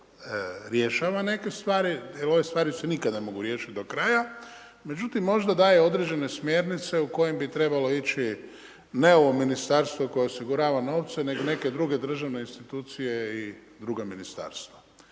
rješava neke stvari, jer ove stvari se nikada ne mogu riješiti do kraja. Međutim, možda daje određene smjernice, u kojem bi trebalo ići, ne ovo ministarstvo koje osigurava novce, nego neke dr. državne institucije i druga ministarstva.